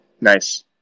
Nice